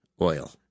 oil